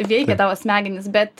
veikia tavo smegenys bet